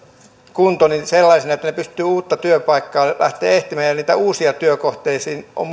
työkunto sellaisina että he pystyvät uutta työpaikkaa lähtemään etsimään ja niihin uusiin työkohteisiin on